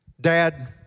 Dad